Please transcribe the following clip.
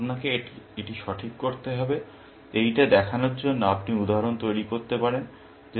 সুতরাং আপনাকে এটি সঠিক করতে হবে এইটা দেখানোর জন্য আপনি উদাহরণ তৈরি করতে পারেন